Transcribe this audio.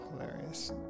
hilarious